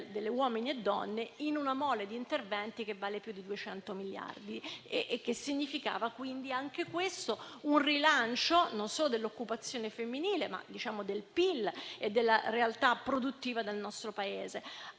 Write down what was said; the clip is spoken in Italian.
di uomini e donne con una mole di interventi che vale più di 200 miliardi e che significava rilancio non solo dell'occupazione femminile, ma anche del PIL e della realtà produttiva del nostro Paese.